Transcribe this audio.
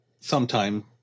sometime